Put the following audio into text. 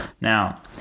Now